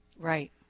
Right